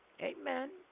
Amen